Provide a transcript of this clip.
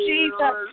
Jesus